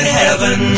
heaven